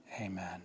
Amen